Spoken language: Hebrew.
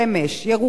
ירוחם,